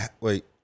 wait